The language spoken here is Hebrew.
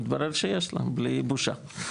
מתברר שיש להם בלי בושה.